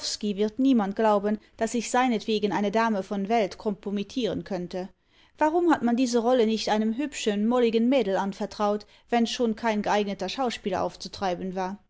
wird niemand glauben daß sich seinetwegen eine dame von welt kompromittieren könnte warum hat man diese rolle nicht einem hübschen molligen mädel anvertraut wenn schon kein geeigneter schauspieler aufzutreiben war